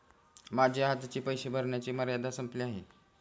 माझी आजची पैसे भरण्याची मर्यादा संपली आहे